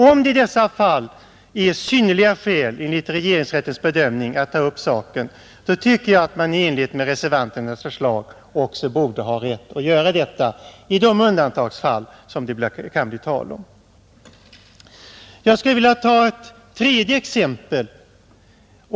Om det enligt regeringsrättens bedömning finns synnerliga skäl att ta upp målet så tycker jag att man i enlighet med reservanternas förslag också borde ha rätt att göra det, i de undantagsfall som det kan bli tal om. Jag skulle vilja ta ett tredje exempel.